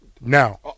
Now